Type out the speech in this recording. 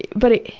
but,